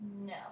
No